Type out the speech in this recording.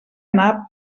anar